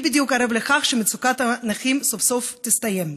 מי בדיוק ערב לכך שמצוקת הנכים סוף-סוף תסתיים?